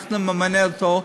אנחנו נמנה אותו,